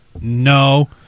no